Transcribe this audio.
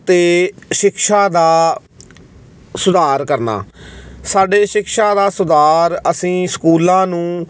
ਅਤੇ ਸ਼ਿਕਸ਼ਾ ਦਾ ਸੁਧਾਰ ਕਰਨਾ ਸਾਡੇ ਸਿੱਖਿਆ ਦਾ ਸੁਧਾਰ ਅਸੀਂ ਸਕੂਲਾਂ ਨੂੰ